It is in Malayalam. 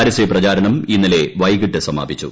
പരസൃപ്രചാരണം ഇന്നലെ വൈകിട്ട് സമാപിച്ചു